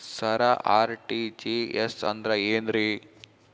ಸರ RTGS ಅಂದ್ರ ಏನ್ರೀ?